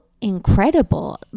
incredible